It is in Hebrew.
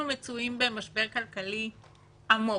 אנחנו מצויים במשבר כלכלי עמוק,